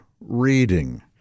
reading